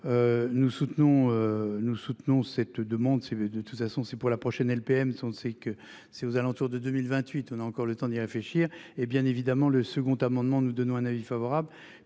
nous soutenons cette demande, c'est de toute façon c'est pour la prochaine LPM sont c'est que c'est aux alentours de 2028, on a encore le temps d'y réfléchir et bien évidemment le second amendement, nous donnons un avis favorable